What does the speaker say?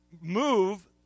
move